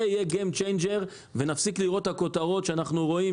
זה יהיה משנה משחק ונפסיק לראות כותרות ש-8200